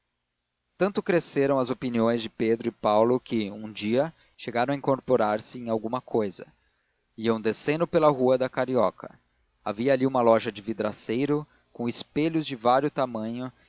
tanto cresceram as opiniões de pedro e paulo que um dia chegaram a incorporar se em alguma cousa iam descendo pela rua da carioca havia ali uma loja de vidraceiro com espelhos de vário tamanho